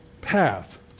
path